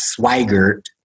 Swigert